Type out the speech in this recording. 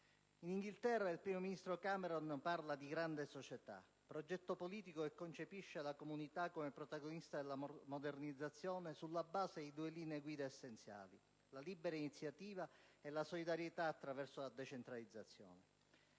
In Inghilterra, il primo ministro Cameron parla di «grande società», progetto politico che concepisce la comunità come protagonista della modernizzazione, sulla base di due linee guida: la libera iniziativa e la solidarietà attraverso la decentralizzazione.